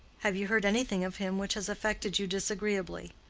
have you heard anything of him which has affected you disagreeably?